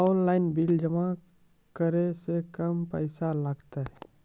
Online bill जमा करै से कम पैसा लागतै?